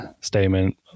statement